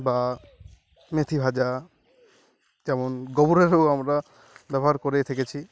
বা মেথিভাজা যেমন গোবরেরও আমরা ব্যবহার করেই থেকেছি